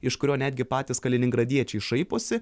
iš kurio netgi patys kaliningradiečiai šaiposi